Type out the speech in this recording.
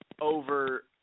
over –